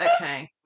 okay